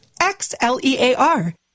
X-L-E-A-R